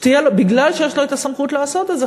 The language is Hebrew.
מפני שיש לו הסמכות לעשות את זה,